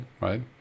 right